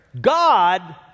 God